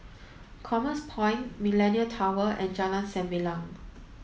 Commerce Point Millenia Tower and Jalan Sembilang